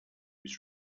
was